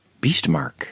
Beastmark